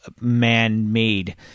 man-made